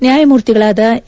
ನ್ಯಾಯಮೂರ್ತಿಗಳಾದ ಎ